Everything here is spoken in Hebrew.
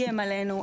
איים עלינו,